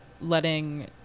letting